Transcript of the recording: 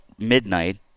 Midnight